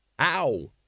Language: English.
Ow